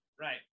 right